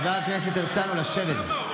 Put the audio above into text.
חבר הכנסת הרצנו, לשבת.